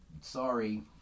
Sorry